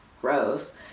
gross